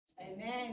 Amen